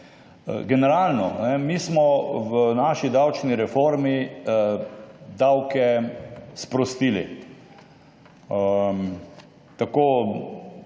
Generalno smo mi v naši davčni reformi davke sprostili, Zakon